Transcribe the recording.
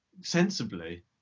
sensibly